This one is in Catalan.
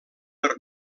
per